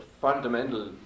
fundamental